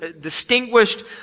distinguished